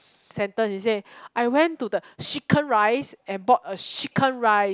sentence he say I went to the chicken rice and bought a chicken rice